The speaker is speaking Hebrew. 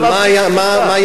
אבל מה הוא יעשה?